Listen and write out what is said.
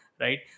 Right